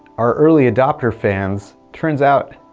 our early adopter fans, turns out